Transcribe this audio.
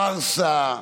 פארסה,